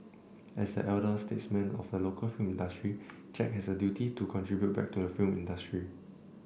as the elder statesman of the local film industry Jack has a duty to contribute back to the film industry